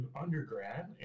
undergrad